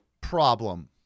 problem